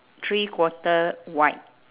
three quarter white